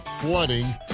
flooding